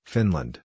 Finland